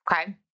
Okay